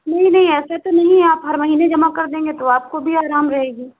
नहीं नहीं ऐसा तो नहीं है आप हर महीने जमा कर देंगे तो आपको भी आराम रहेगी